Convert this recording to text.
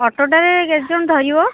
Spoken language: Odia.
ଅଟୋଟାରେ କେତେଜଣ ଧରିବ